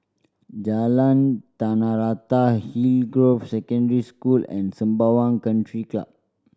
Jalan Tanah Rata Hillgroves Secondary School and Sembawang Country Club